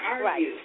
Right